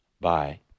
Bye